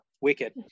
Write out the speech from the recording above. wicked